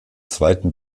zweiten